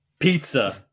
Pizza